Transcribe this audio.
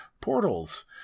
portals